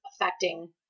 affecting